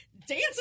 dancing